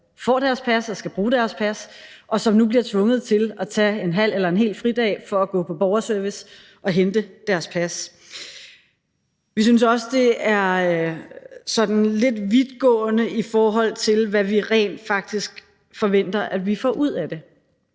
som får deres pas, som skal bruge deres pas, og som nu bliver tvunget til at tage en halv eller en hel fridag for at gå på borgerservice og hente deres pas. Vi synes også, at det er lidt vidtgående, i forhold til hvad vi forventer, at vi rent faktisk får ud af det.